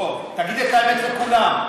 בוא, תגיד את האמת לכולם.